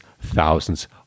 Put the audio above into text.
thousands